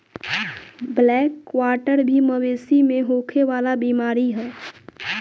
black quarter भी मवेशी में होखे वाला बीमारी ह